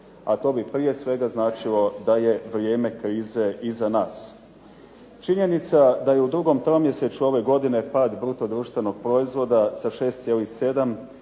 a to bi prije svega značilo da je vrijeme krize iza nas. Činjenica da je u drugom tromjesečju ove godine pad bruto društvenog proizvoda sa 6,7